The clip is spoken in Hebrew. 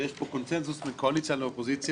ויש פה קונצנזוס בין קואליציה לאופוזיציה.